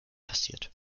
passiert